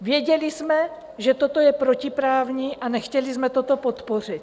Věděli jsme, že toto je protiprávní, a nechtěli jsme to podpořit.